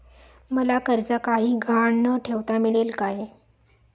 मला कर्ज काही गहाण न ठेवता मिळेल काय?